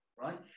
Right